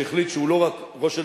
שהחליט שהוא לא רק ראש הליכוד,